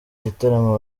gitaramo